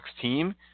team